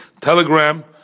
telegram